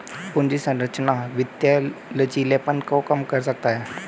पूंजी संरचना वित्तीय लचीलेपन को कम कर सकता है